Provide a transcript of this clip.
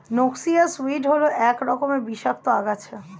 noxious weed হল এক রকমের বিষাক্ত আগাছা